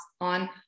on